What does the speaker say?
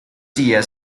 días